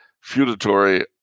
feudatory